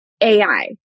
AI